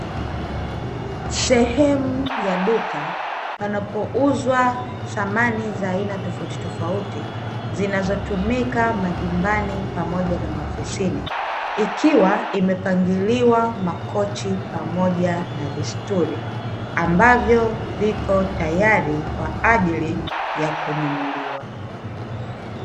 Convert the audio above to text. Sehemu ya duka panapouzwa samani za aina tofautitofauti, zinaotumika majumbani pamoja na maofisini ikiwa imepangiliwa makochi pamoja na vistuli, ambavyo viko tayari kwa ajili yya kununuliwa.